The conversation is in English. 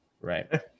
right